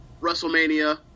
WrestleMania